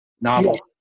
novels